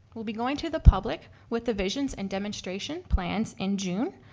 we'll be going to the public with the visions and demonstration plans in june,